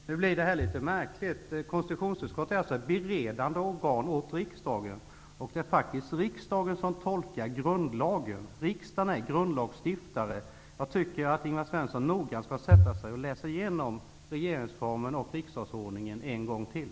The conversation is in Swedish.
Fru talman! Detta är litet märkligt. Konstitutionsutskottet är ett beredande organ i riksdagen, och det är faktiskt riksdagen som skall tolka grundlagen. Riksdagen är grundlagsstiftare. Jag tycker att Ingvar Svensson skall sätta sig ner och noggrant läsa genom regeringsformen och riksdagsordningen en gång till.